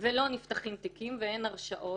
נפתחים תיקים ואין הרשעות.